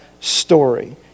story